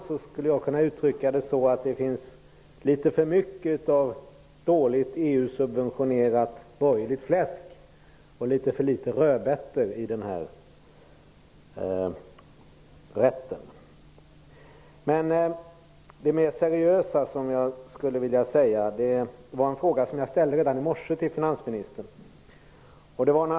Jag skulle kunna uttrycka det som att det finns för mycket dåligt EU-subventionerat borgerligt fläsk och för litet rödbetor i den här rätten. Det mer seriösa som jag skulle vilja ta upp gäller en fråga som jag ställde redan i morse till finansministern.